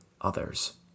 others